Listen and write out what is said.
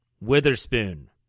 Witherspoon